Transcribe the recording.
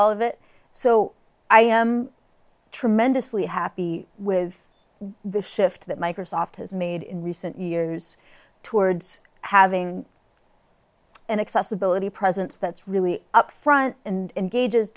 all of it so i am tremendously happy with the shift that microsoft has made in recent years towards having an accessibility presence that's really up front and gauges